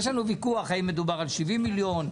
-- המסים.